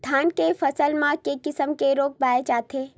धान के फसल म के किसम के रोग पाय जाथे?